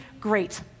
Great